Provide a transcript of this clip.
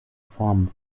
formen